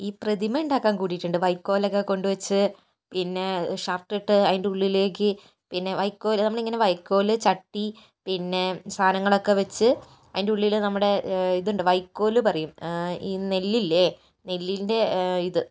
ഈ പ്രതിമ ഉണ്ടാക്കാൻ കൂടിയിട്ടുണ്ട് വൈക്കോൽ ഒക്കെ കൊണ്ടുവെച്ച് പിന്നെ ഷർട്ട് ഇട്ട് അതിൻ്റെ ഉള്ളിലേക്ക് പിന്നെ വൈക്കോല് നമ്മളിങ്ങനെ വൈക്കോല് ചട്ടി പിന്നെ സാധനങ്ങളൊക്കെ വെച്ച് അതിൻ്റെ ഉള്ളില് നമ്മുടെ ഇതുണ്ട് വൈക്കോൽ പറയും ഈ നെല്ലില്ലേ നെല്ലിൻ്റെ ഇത്